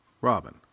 robin